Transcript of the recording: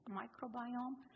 microbiome